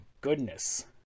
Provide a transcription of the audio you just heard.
Goodness